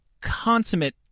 consummate